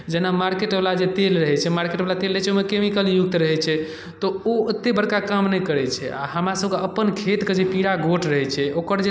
जेना मार्केटवला जे तेल रहै छै मार्केटवला तेल रहै छै ओहिमे केमिकल युक्त रहै छै तऽ ओ ओतेक बड़का काम नहि करै छै आ हमरासभके अपन खेतके जे पीरा गोट रहै छै ओकर जे